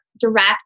direct